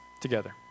together